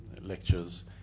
lectures